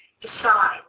decide